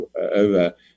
over